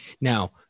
Now